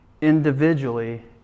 individually